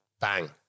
bang